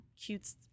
cute